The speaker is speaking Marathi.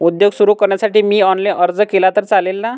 उद्योग सुरु करण्यासाठी मी ऑनलाईन अर्ज केला तर चालेल ना?